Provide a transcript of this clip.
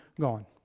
gone